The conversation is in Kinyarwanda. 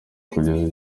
kugeza